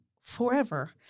forever